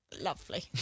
lovely